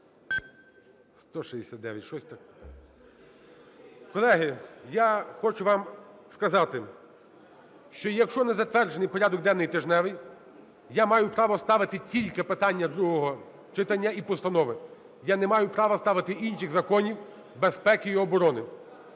Колеги, я хочу вам сказати, що якщо не затверджений порядок денний тижневий, я маю право ставити тільки питання другого читання і постанови, я не маю права ставити інших законів безпеки і оборони.